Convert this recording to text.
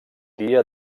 dia